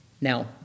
Now